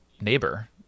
neighbor